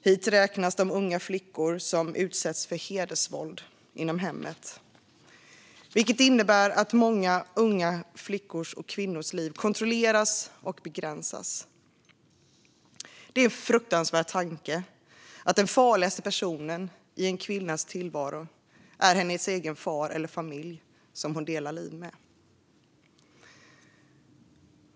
Hit räknas de unga flickor som utsätts för hedersvåld inom hemmet, vilket innebär att många unga flickors och kvinnors liv kontrolleras och begränsas. Det är en fruktansvärd tanke att den farligaste personen eller de farligaste personerna i en kvinnas tillvaro är hennes egen far eller den familj som hon delar liv med.